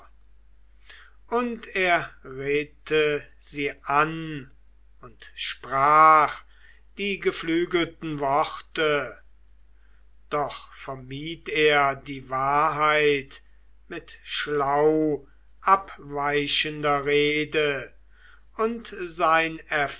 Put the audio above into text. und er redte sie an und sprach die geflügelten worte doch vermied er die wahrheit mit schlauabweichender rede und sein